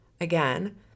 Again